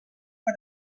per